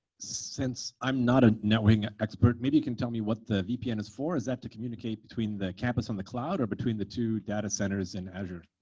since i'm not a networking expert, maybe you can tell me what the vpn is for? is that to communicate between the campus on the cloud or between the two data centers in azure?